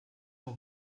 nur